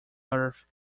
earth